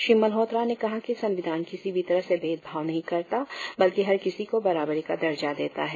श्री मलहोत्रा ने कहा कि संविधान किसी भी तरह से भेद भाव नहीं करता बल्कि हर किसी को बराबरी का दर्जा देता है